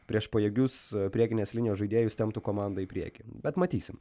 prieš pajėgius priekinės linijos žaidėjus temptų komandą į priekį bet matysim